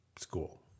school